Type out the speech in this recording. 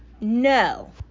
No